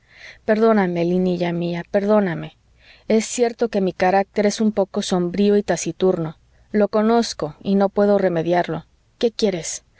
perdóname linilla mía perdóname es cierto que mi carácter es un poco sombrío y taciturno lo conozco y no puedo remediarlo qué quieres